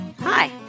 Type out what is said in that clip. Hi